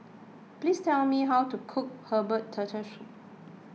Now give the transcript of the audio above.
please tell me how to cook Herbal Turtle Soup